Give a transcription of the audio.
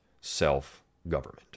self-government